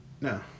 No